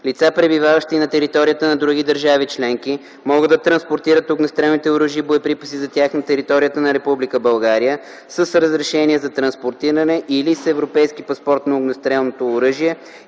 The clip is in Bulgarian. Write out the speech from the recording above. Лица, пребиваващи на територията на други държави членки, могат да транспортират огнестрелни оръжия и боеприпаси за тях на територията на Република България с разрешение за транспортиране или с Европейския паспорт за огнестрелно оръжие,